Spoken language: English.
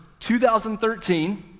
2013